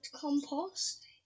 compost